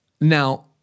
Now